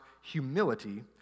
humility